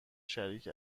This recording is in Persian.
شریک